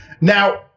now